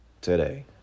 today